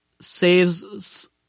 saves